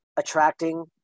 Attracting